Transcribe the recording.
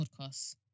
podcast